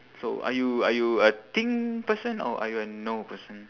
so are you are you a think person or are you a know person